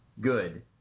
good